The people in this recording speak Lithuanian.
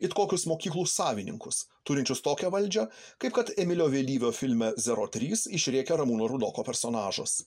it kokius mokyklų savininkus turinčius tokią valdžią kaip kad emilio vėlyvio filme zero trys išrėkia ramūno rudoko personažas